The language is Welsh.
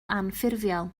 anffurfiol